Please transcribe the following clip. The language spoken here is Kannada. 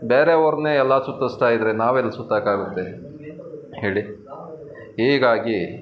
ಬೇರೆಯವ್ರನ್ನೆ ಎಲ್ಲ ಸುತ್ತುಸ್ತಾಯಿದ್ರೆ ನಾವೆಲ್ಲಿ ಸುತ್ತಕ್ಕಾಗುತ್ತೆ ಹೇಳಿ ಹೀಗಾಗಿ